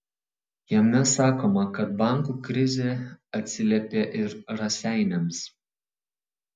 jame sakoma kad bankų krizė atsiliepė ir raseiniams